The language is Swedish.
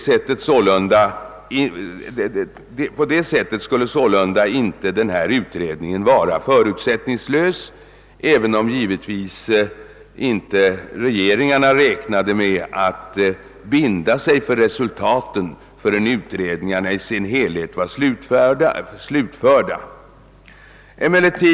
Utredningen skulle sålunda i den meningen inte vara förutsättningslös, även om regeringarna naturligtvis inte räknade med att binda sig för resultaten förrän utredningen i sin helhet var slutförd.